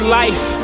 life